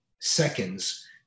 seconds